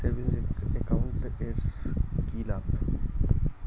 Savings account এর কি লাভ?